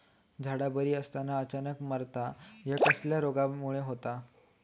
झाडा बरी असताना अचानक मरता हया कसल्या रोगामुळे होता?